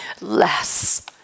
less